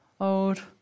Old